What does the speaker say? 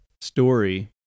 story